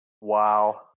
Wow